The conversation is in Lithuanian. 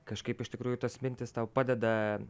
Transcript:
kažkaip iš tikrųjų tos mintys tau padeda